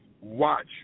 watch